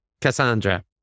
Cassandra